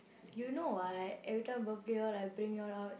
you know what every time birthday all I bring you all out